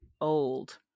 old